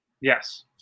Yes